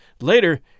Later